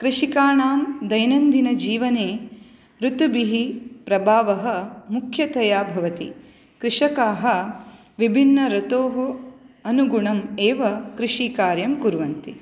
कृषिकाणां दैनन्दिन जीवने ऋतुभिः प्रभावः मुख्यतया भवति कृषकाः विभिन्न ऋतोः अनुगुणं एव कृषिकार्यम् कुर्वन्ति